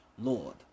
lord